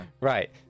Right